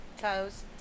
Toes